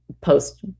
post